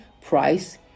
price